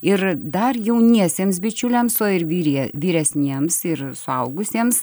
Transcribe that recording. ir dar jauniesiems bičiuliams o ir vyrie vyresniems ir suaugusiems